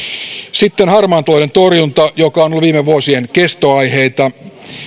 sitten harmaan talouden torjunta joka on ollut viime vuosien kestoaiheita